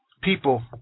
people